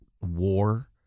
war